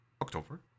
October